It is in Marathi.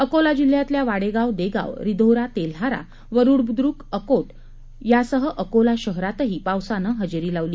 अकोला जिल्ह्यातल्या वाडेगाव देगाव रिधोरा तेल्हारा वरूड बुजरुक अकोट यासह अकोला शहरातही पावसानं हजेरी लावली